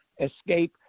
escape